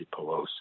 pelosi